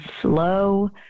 slow